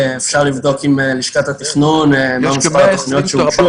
אפשר לבדוק עם לשכת התכנון מה מס' התוכניות שהוגשו,